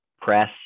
press